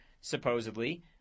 supposedly